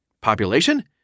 Population